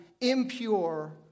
impure